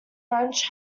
french